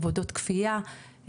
עבודות כפייה,